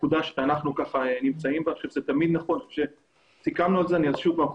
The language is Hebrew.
אין טוב ממראה עיניים.